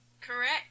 Correct